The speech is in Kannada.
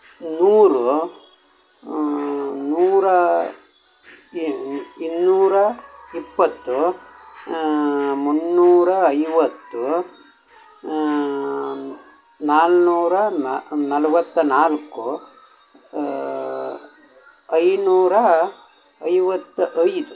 ನೂರು ನೂರಾ ಇನ್ನೂರ ಇಪ್ಪತ್ತು ಮುನ್ನೂರ ಐವತ್ತು ನಾನೂರ ನಲ್ವತ್ತ ನಾಲ್ಕು ಐನೂರ ಐವತ್ತ ಐದು